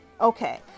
Okay